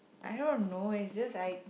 I don't know it's just like